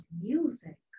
music